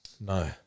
No